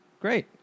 Great